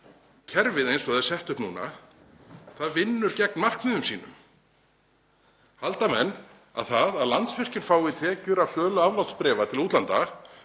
kerfið eins og það er sett upp núna vinnur gegn markmiðum sínum. Halda menn að það að Landsvirkjun fái tekjur af sölu aflátsbréfa til útlanda